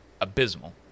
abysmal